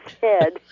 head